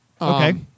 Okay